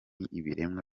ibiremwa